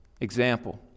example